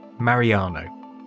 Mariano